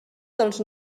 dels